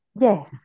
Yes